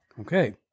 okay